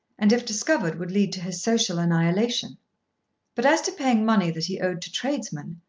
and if discovered would lead to his social annihilation but as to paying money that he owed to tradesmen,